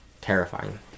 Terrifying